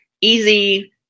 easy